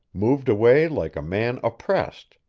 moved away like a man oppressed,